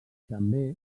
també